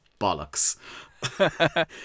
bollocks